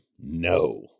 No